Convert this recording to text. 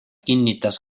kinnitas